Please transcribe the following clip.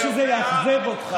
זה יפה,